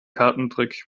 kartentrick